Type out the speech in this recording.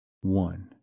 one